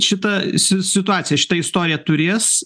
šita si situacija šita istorija turės